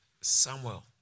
Samuel